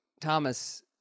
Thomas